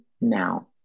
now